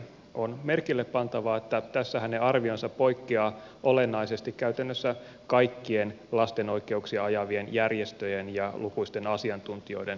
on merkille pantavaa että tässä hänen arvionsa poikkeaa olennaisesti käytännössä kaikkien lasten oikeuksia ajavien järjestöjen ja lukuisten asiantuntijoiden näkemyksistä